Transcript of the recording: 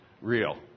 real